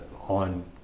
on